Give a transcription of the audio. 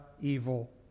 evil